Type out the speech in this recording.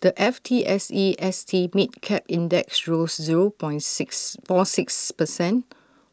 the F T S E S T mid cap index rose zero point six four six percent